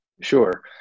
Sure